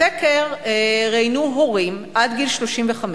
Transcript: בסקר ראיינו הורים עד גיל 35,